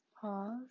pause